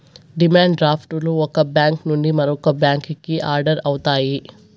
demand draft లు ఒక bank నుండి మరో బ్యాంకుకి ఆర్డర్ అవుతాయి